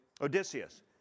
Odysseus